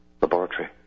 laboratory